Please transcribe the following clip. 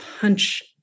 punch